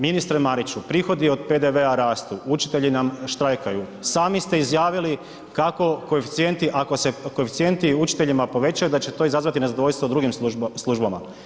Ministre Mariću, prihodi od PDV-a rastu, učitelji nam štrajkaju, sami ste izjavili kako koeficijenti, ako se koeficijenti učiteljima povećaju da će to izazvati nezadovoljstvo u drugim službama.